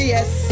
Yes